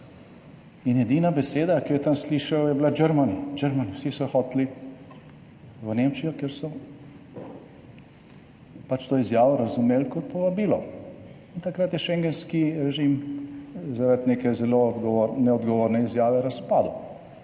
in edina beseda, ki jo je tam slišal, je bila Germany, Germany. Vsi so hoteli v Nemčijo, kjer so pač to izjavo razumeli kot povabilo. In takrat je schengenski režim zaradi neke zelo neodgovorne izjave razpadel.